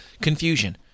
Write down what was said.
confusion